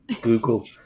Google